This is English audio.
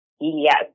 yes